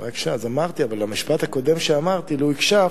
אז אמרתי, אבל המשפט הקודם שאמרתי, לו הקשבת,